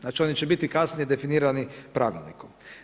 Znači, oni će biti kasnije definirani pravilnikom.